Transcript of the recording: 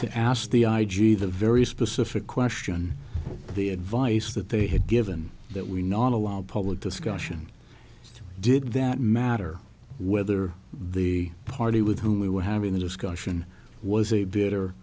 to ask the i g the very specific question the advice that they had given that we not allow public discussion did that matter whether the party with whom we were having the discussion was a bitter